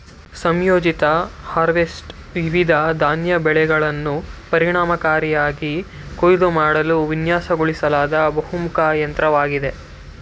ಸಂಯೋಜಿತ ಹಾರ್ವೆಸ್ಟರ್ ವಿವಿಧ ಧಾನ್ಯ ಬೆಳೆಯನ್ನು ಪರಿಣಾಮಕಾರಿಯಾಗಿ ಕೊಯ್ಲು ಮಾಡಲು ವಿನ್ಯಾಸಗೊಳಿಸಲಾದ ಬಹುಮುಖ ಯಂತ್ರವಾಗಿದೆ